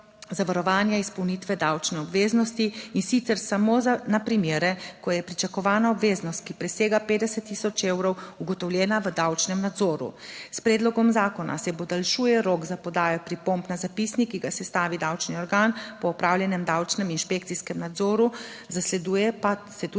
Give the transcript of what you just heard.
zavarovanja izpolnitve davčne obveznosti, in sicer samo na primere, ko je pričakovana obveznost, ki presega 50 tisoč evrov, ugotovljena v davčnem nadzoru. S predlogom zakona se podaljšuje rok za podajo pripomb na zapisnik, ki ga sestavi davčni organ po opravljenem davčnem inšpekcijskem nadzoru. Zasleduje pa se tudi